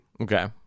Okay